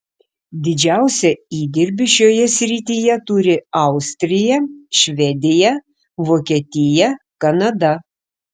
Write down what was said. didžiausią įdirbį šioje srityje turi austrija švedija vokietija kanada